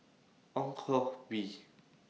Ong Koh Bee